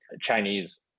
Chinese